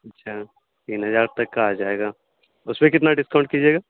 اچھا تین ہزار تک کا آ جائے گا اس پہ کتنا ڈسکاؤنٹ کیجیے گا